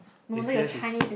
A_C_S is